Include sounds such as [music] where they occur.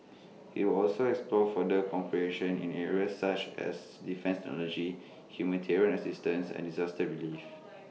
IT will also explore further [unintelligible] in areas such as defence technology humanitarian assistance and disaster relief